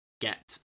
get